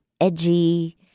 edgy